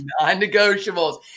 Non-negotiables